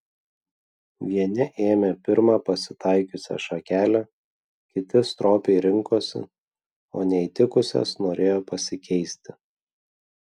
vieni ėmė pirmą pasitaikiusią šakelę kiti stropiai rinkosi o neįtikusias norėjo pasikeisti